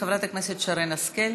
חברת הכנסת שרן השכל,